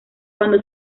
cuando